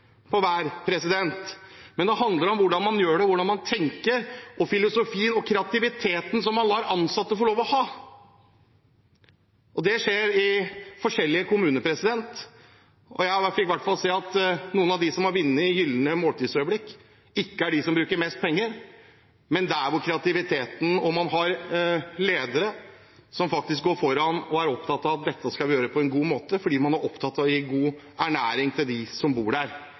ansatte får lov til å ha. Det skjer i forskjellige kommuner, og jeg har fått se at i hvert fall noen av dem som har vunnet i konkurransen Gylne Måltidsøyeblikk, ikke er de som bruker mest penger – det er de som har kreativiteten, og ledere som faktisk går foran og er opptatt av at dette skal vi gjøre på en god måte, fordi man er opptatt av å gi god ernæring til dem som bor der.